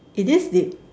it is deep